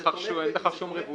תחילה (א) תחילתן של תקנות אלה,